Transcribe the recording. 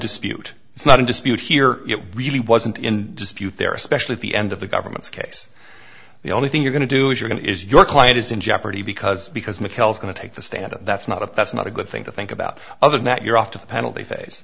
dispute it's not in dispute here it really wasn't in dispute there especially at the end of the government's case the only thing you're going to do is you're going to is your client is in jeopardy because because mchale's going to take the stand that's not a that's not a good thing to think about other than that you're off to the penalty phase